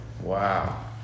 Wow